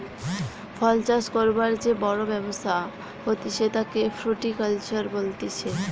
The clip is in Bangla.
ফল চাষ করবার যে বড় ব্যবসা হতিছে তাকে ফ্রুটিকালচার বলতিছে